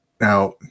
Now